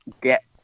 get